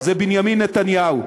זה בנימין נתניהו.